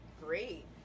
great